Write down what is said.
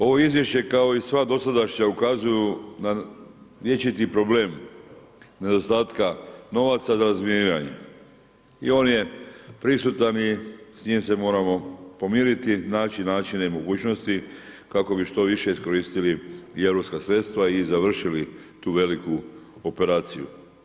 Ovo izvješće, kao i sva dosadašnja, ukazuju na vječiti problem nedostatka novaca za razminiranje i on je prisutan i s njim se moramo pomiriti, naći načine i mogućnosti kako bi što više iskoristili europska sredstva i završili tu veliku operaciju.